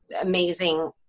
amazing